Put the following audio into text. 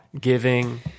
giving